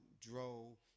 dro